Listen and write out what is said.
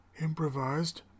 improvised